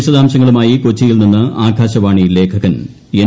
വിശദാംശങ്ങളുമായി കൊച്ചിയിൽ നിന്ന് ആകാശവാണി ലേഖകൻ എൻ